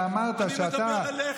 תקשיב, אני מדבר אליך.